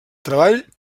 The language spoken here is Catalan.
treball